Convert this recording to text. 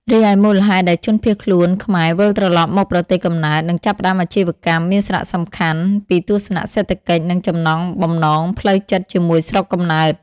រីឯមូលហេតុដែលជនភៀសខ្លួនខ្មែរវិលត្រឡប់មកប្រទេសកំណើត និងចាប់ផ្តើមអាជីវកម្ម មានសារសំខាន់ពីទស្សនៈសេដ្ឋកិច្ច និងចំណងបំណងផ្លូវចិត្តជាមួយស្រុកកំណើត។